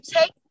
take